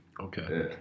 Okay